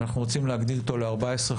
ואנחנו רוצים להגדיל אותו ל-14,500,